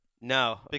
No